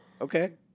okay